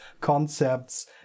concepts